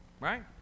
right